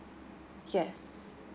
yes